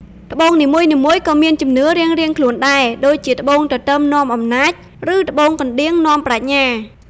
ត្បូងនីមួយៗក៏មានជំនឿរៀងៗខ្លួនដែរ ដូចជាត្បូងទទឹមនាំអំណាច ឬត្បូងកណ្ដៀងនាំប្រាជ្ញា។